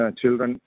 children